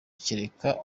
kereka